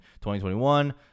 2021